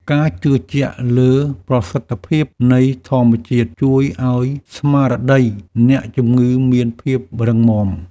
ការជឿជាក់លើប្រសិទ្ធភាពនៃធម្មជាតិ ជួយឱ្យស្មារតីអ្នកជំងឺមានភាពរឹងមាំ។